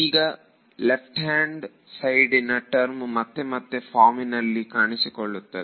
ಈ left hand side ಇನ term ಮತ್ತೆ ಮತ್ತೆ ಈ ಫಾರ್ಮಿನಲ್ಲಿ ಕಾಣಿಸಿಕೊಳ್ಳುತ್ತದೆ